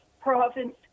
province